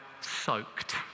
soaked